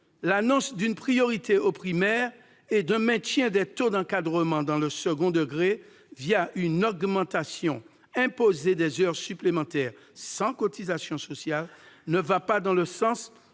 L'annonce d'une priorité donnée au primaire et d'un maintien des taux d'encadrement dans le second degré, une augmentation imposée des heures supplémentaires sans cotisations sociales, ne va pas dans le sens